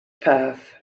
path